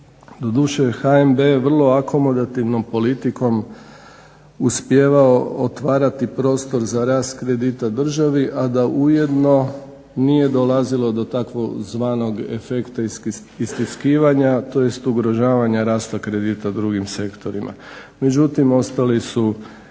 HNB je vrlo akomodativnom politikom uspijevao otvarati prostor za rast kredita državi, a da ujedno nije dolazilo do tzv. efekta istiskivanja tj. ugrožavanja rasta kredita drugim sektorima. Međutim, ostali su